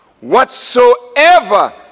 Whatsoever